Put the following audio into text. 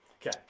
Okay